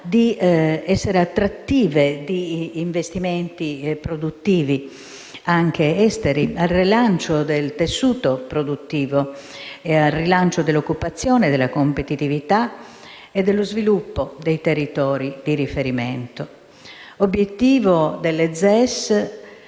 all'attrazione di investimenti produttivi anche esteri, al rilancio del tessuto produttivo, dell'occupazione, della competitività e dello sviluppo dei territori di riferimento. Obiettivo delle ZES